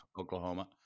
...Oklahoma